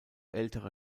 ältere